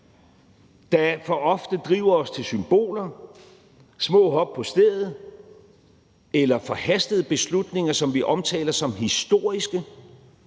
alt for ofte driver os til symbolpolitik, små hop på stedet eller forhastede beslutninger, som vi omtaler som historiske,